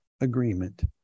agreement